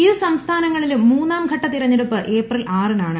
ഇരു സംസ്ഥാനങ്ങളിലും മൂന്നാം ഘട്ട തെരഞ്ഞെടുപ്പ് ഏപ്രിൽ ആറിനാണ്